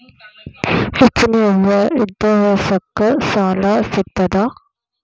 ಹೆಚ್ಚಿನ ವಿದ್ಯಾಭ್ಯಾಸಕ್ಕ ಸಾಲಾ ಸಿಗ್ತದಾ?